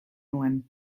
nuen